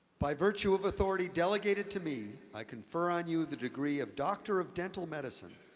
by virtue of authority delegated to me, i confer on you the degree of doctor of dental medicine,